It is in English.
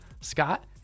Scott